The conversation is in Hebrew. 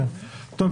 טוב,